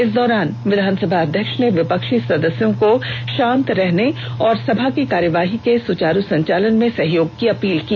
इस दौरान विधानसभा अध्यक्ष ने विपक्षी सदस्यों को शांत रहने और सभा की कार्यवाही के सुचारू संचालन में सहयोग की अपील की